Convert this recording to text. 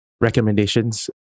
recommendations